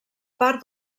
part